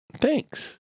Thanks